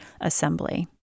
assembly